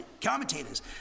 commentators